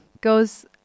goes